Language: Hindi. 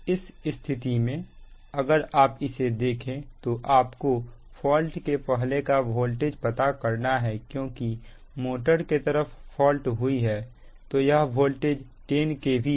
इस स्थिति में अगर आप उसे देखें तो आप को फॉल्ट के पहले का वोल्टेज पता करना है क्योंकि मोटर के तरफ फॉल्ट हुई है तो यह वोल्टेज 10 kv है